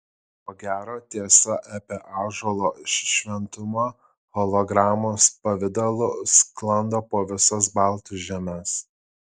ko gero tiesa apie ąžuolo šventumą hologramos pavidalu sklando po visas baltų žemes